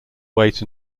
wait